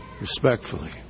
Respectfully